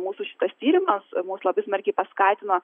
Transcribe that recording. mūsų šitas tyrimas mus labai smarkiai paskatino